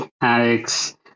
Alex